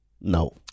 No